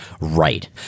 Right